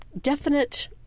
definite